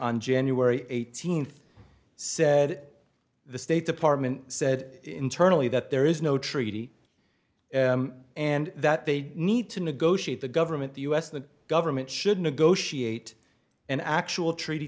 on january eighteenth said the state department said internally that there is no treaty and that they need to negotiate the government the us the government should negotiate an actual treaty